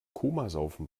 komasaufen